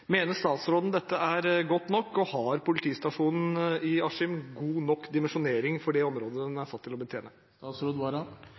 Mener statsråden dette er godt nok, og har politistasjonen god nok dimensjonering for området den